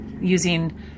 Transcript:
using